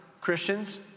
Christians